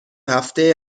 هفته